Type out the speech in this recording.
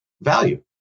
value